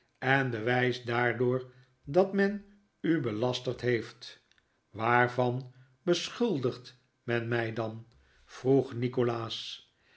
en bewijs daardoor dat men u belasterd heeft waarvan beschuldigt men mij dan vroeg nikolaas